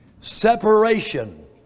Separation